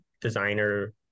designer